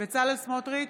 בצלאל סמוטריץ'